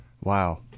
Wow